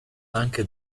anche